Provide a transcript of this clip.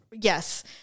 Yes